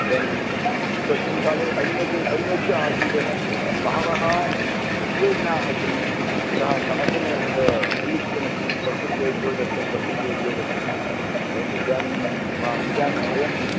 एवं तस्मिन् काले अन्यत् अन्यच्च आसीत् बहवः ऋग्वेदिनः आसन् यतः शासने तद् उल्लिखितमस्ति बहृचेभ्यो दत्तं बहृचेभ्यो दत्तम् इति परन्तु इदानीम् इदानीं वयम्